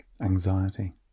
anxiety